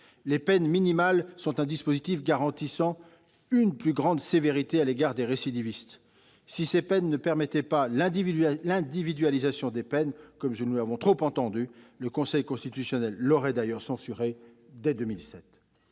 Les peines minimales sont un dispositif garantissant une plus grande sévérité à l'égard des récidivistes. Si ces peines ne permettaient pas l'individualisation des peines, comme nous l'avons trop souvent entendu dire, le Conseil constitutionnel l'aurait censuré dès 2007